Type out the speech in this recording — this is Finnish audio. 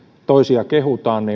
toisia kehutaan